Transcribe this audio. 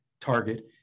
target